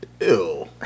Ew